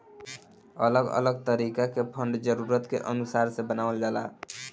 अलग अलग तरीका के फंड जरूरत के अनुसार से बनावल जाला